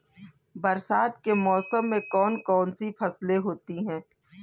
बरसात के मौसम में कौन कौन सी फसलें होती हैं?